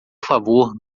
favor